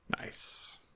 Nice